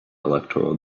electoral